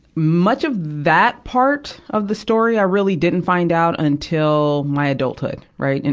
much of that part of the story, i really didn't find out until my adulthood, right? and